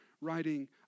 writing